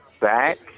back